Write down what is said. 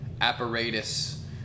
apparatus